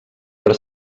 per